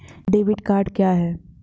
Debit card क्या है?